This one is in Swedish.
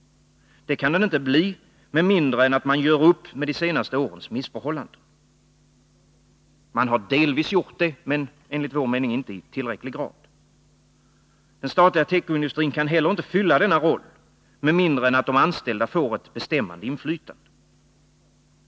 Det kan den inte bli med mindre än att man gör upp med de senaste årens missförhållanden. Man har delvis gjort det, men enligt vår mening inte i tillräcklig grad. Den statliga tekoindustrin kan heller inte spela denna roll, med mindre än att de anställda får ett bestämmande inflytande.